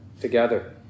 together